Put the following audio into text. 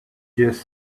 just